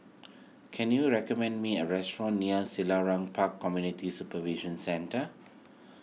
can you recommend me a restaurant near Selarang Park Community Supervision Centre